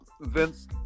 Vince